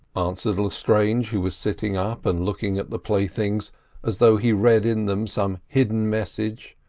answered lestrange, who was sitting up and looking at the playthings as though he read in them some hidden message.